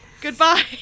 Goodbye